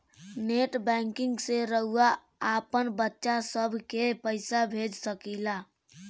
net banking से रउआ आपन बच्चा सभ के पइसा भेज सकिला